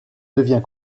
devient